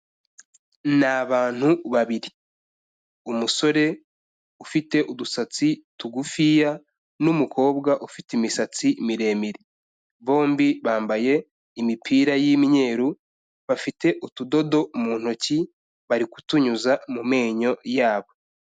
Ni abantu babiri. Umusore ufite udusatsi tugufiya n'umukobwa ufite imisatsi miremire. Bombi bambaye imipira y'imyeru, bafite utudodo mu ntoki, bari kutunyuza mu menyo yabo.